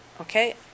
Okay